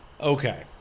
Okay